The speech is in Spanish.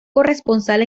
corresponsal